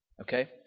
okay